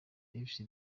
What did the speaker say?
davis